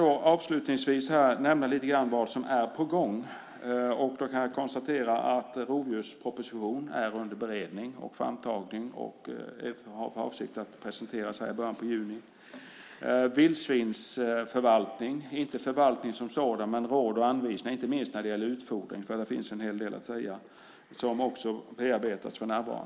Avslutningsvis kan jag nämna lite grann om vad som är på gång. Jag kan då konstatera att en rovdjursproposition är under beredning och framtagning. Avsikten är att den ska presenteras här i början på juni. Också frågan om vildsvinsförvaltning bearbetas för närvarande, inte förvaltningen som sådan utan råd och anvisningar, inte minst när det gäller utfodring, för det finns en hel del att säga om det.